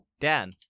Dan